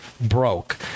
broke